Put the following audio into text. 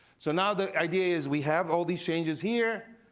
so now the idea is we have all these changes here,